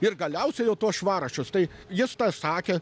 ir galiausiai jau tuos švarraščius tai jis sakė